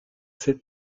c’est